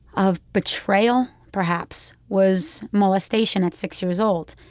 of betrayal, perhaps, was molestation at six years old.